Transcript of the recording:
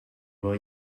will